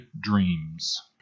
dreams